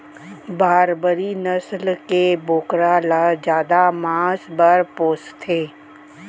बारबरी नसल के बोकरा ल जादा मांस बर पोसथें